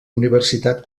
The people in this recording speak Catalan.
universitat